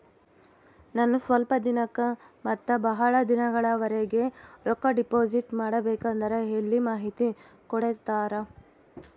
ನಾನು ಸ್ವಲ್ಪ ದಿನಕ್ಕ ಮತ್ತ ಬಹಳ ದಿನಗಳವರೆಗೆ ರೊಕ್ಕ ಡಿಪಾಸಿಟ್ ಮಾಡಬೇಕಂದ್ರ ಎಲ್ಲಿ ಮಾಹಿತಿ ಕೊಡ್ತೇರಾ?